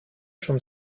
schon